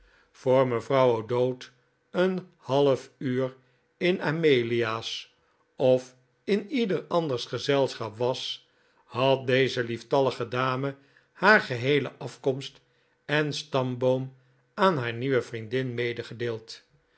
voor mevrouw o'dowd een half uur in amelia's of in ieder anders gezelschap was had deze lieftallige dame haar geheele afkomst en stamboom aan haar nieuwe vriendin